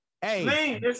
Hey